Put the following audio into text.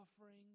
offering